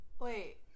Wait